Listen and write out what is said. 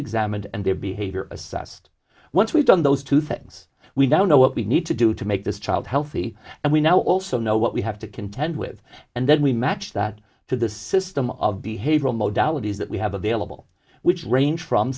examined and their behavior assessed once we've done those two things we don't know what we need to do to make this child healthy and we now also know what we have to contend with and then we match that to the system of behavioral modelling is that we have available which range from